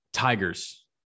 tigers